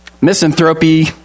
Misanthropy